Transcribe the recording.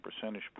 percentage